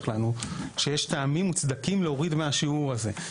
לנו שיש טעמים מוצדקים להוריד מהשיעור הזה.